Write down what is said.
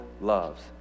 loves